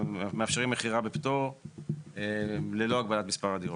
מאפשרים מכירה בפטור ללא הגבלת מספר הדירות.